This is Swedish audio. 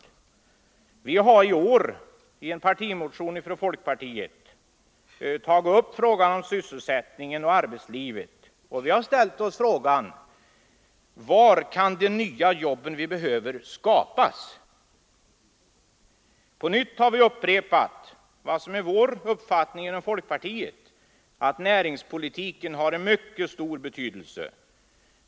Det visar inte minst den undersökning som jag här har citerat ur. I en partimotion till årets riksdag har vi tagit upp frågan om sysselsättningen och arbetslivet. Vi har ställt oss frågan: Var kan de nya jobb vi behöver skapas? På nytt har vi upprepat vad som är vår uppfattning inom folkpartiet, nämligen att näringspolitiken har en mycket stor betydelse.